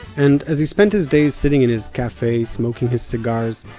and as he spent his days sitting in his cafe smoking his cigars,